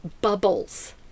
bubbles